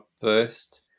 first